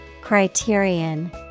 Criterion